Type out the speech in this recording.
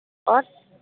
और